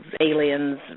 aliens